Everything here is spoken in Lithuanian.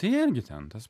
irgi centas